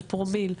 זה פרומיל,